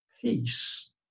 peace